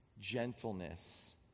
gentleness